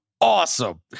awesome